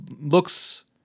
looks